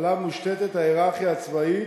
שעליו מושתתת ההייררכיה הצבאית,